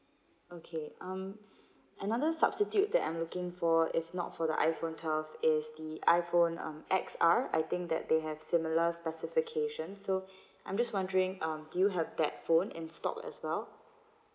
okay um another substitute that I'm looking for if not for the iPhone twelve is the iPhone um X_R I think that they have similar specifications so I'm just wondering um do you have that phone in stock as well